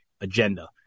agenda